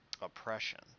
oppression